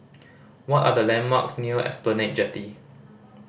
what are the landmarks near Esplanade Jetty